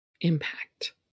impact